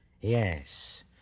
Yes